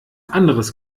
anderes